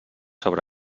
sobre